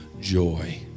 joy